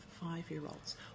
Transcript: five-year-olds